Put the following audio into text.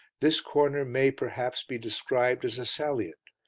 this corner may, perhaps, be described as a salient,